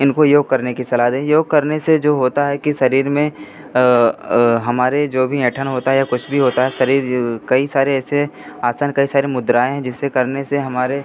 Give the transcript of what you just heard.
इनको योग करने की सलाह दें योग करने से जो होता है कि शरीर में हमारे जो भी ऐंठन होता है या कुछ भी होता है शरीर कई सारे ऐसे आसन कई सारी मुद्राएँ हैं जिसे करने से हमारे